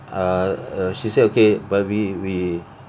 uh err she say okay but we we